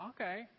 okay